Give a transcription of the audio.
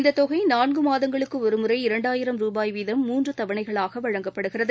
இந்ததொகைநான்குமாதங்களுக்குஒருமுறை இரண்டாயிரம் வீதம் ருபாய் மூன்றுதவணைகளாகவழங்கப்படுகிறது